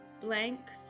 BLANKS